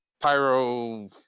Pyro